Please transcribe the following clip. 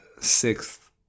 sixth